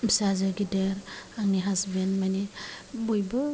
फिसाजो गेदेर आंनि हासबेन्द माने बयबो